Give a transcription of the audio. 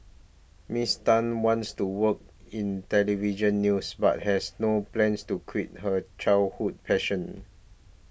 Miss Tan wants to work in Television News but has no plans to quit her childhood passion